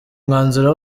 umwanzuro